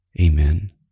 Amen